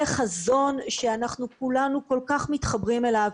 זה חזון שאנחנו כולנו כל כך מתחברים אליו,